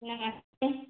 नमस्ते